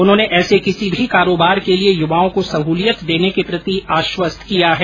उन्होंने ऐसे किसी भी कारोबार के लिए युवाओं को सहुलियत देने के प्रति आश्वस्त किया है